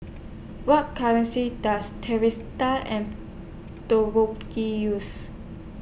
What currency Does and use